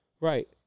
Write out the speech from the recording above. right